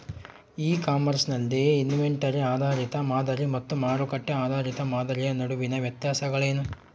E commerce ನಲ್ಲಿ inventory ಆಧಾರಿತ ಮಾದರಿ ಮತ್ತು ಮಾರುಕಟ್ಟೆ ಆಧಾರಿತ ಮಾದರಿಯ ನಡುವಿನ ವ್ಯತ್ಯಾಸಗಳೇನು?